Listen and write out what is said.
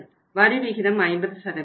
வரி விகிதம் 50